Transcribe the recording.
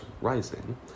rising